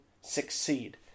succeed